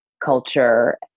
culture